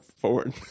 forward